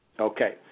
Okay